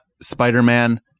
Spider-Man